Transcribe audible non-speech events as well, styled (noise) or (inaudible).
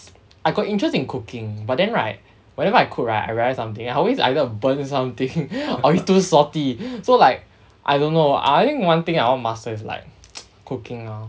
(noise) I got interest cooking but then right whenever I cook right I realise something I always I going to burn something or it's too salty so like I don't know I think one thing I want to master is like (noise) cooking lor